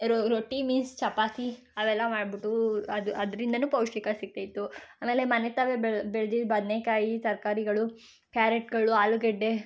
ರೊ ರೊಟ್ಟಿ ಮೀನ್ಸ್ ಚಪಾತಿ ಅವೆಲ್ಲ ಮಾಡ್ಬಿಟ್ಟು ಅದು ಅದರಿಂದನು ಪೌಷ್ಟಿಕ ಸಿಗ್ತಾ ಇತ್ತು ಆಮೇಲೆ ಮನೆತಾವೆ ಬೆಳೆ ಬೆಳ್ದಿದ್ದ ಬದನೆಕಾಯಿ ತರಕಾರಿಗಳು ಕ್ಯಾರೆಟ್ಗಳು ಆಲೂಗಡ್ಡೆ